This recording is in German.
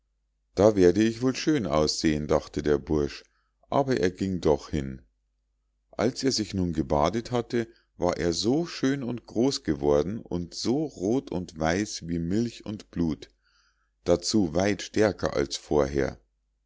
da werde ich wohl schön aussehen dachte der bursch aber er ging doch hin als er sich nun gebadet hatte war er so schön und groß geworden und so roth und weiß wie milch und blut dazu weit stärker als vorher